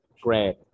Great